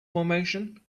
formation